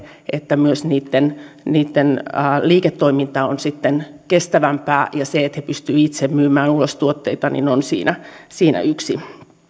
että niitten niitten liiketoiminta on sitten myös kestävämpää ja se että he pystyvät itse myymään ulos tuotteita on siinä siinä yksi